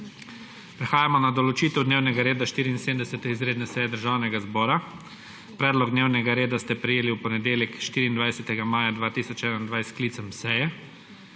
Prehajamo na določitev dnevnega reda 74. izredne seje Državnega zbora. Predlog dnevnega reda ste prejeli v ponedeljek, 24. maja 2021, s sklicem seje.